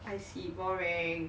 I see boring